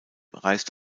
reist